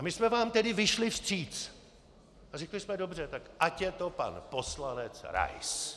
My jsme vám tedy vyšli vstříc a řekli jsme dobře, tak ať je to pan poslanec Rais.